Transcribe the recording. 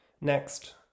Next